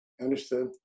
Understood